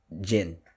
Jin